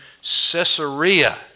Caesarea